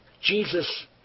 Jesus